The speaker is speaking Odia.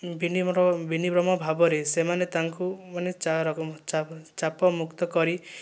ବିନି ବିନମ୍ର ଭାବରେ ସେମାନେ ତାଙ୍କୁ ମାନେ ଚାପମୁକ୍ତ କରି